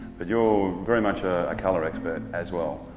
but you're very much a color expert as well.